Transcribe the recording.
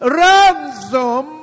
ransom